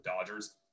Dodgers